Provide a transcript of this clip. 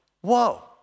whoa